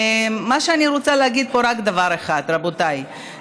אני רוצה להגיד פה רק דבר אחד: רבותיי,